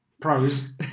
pros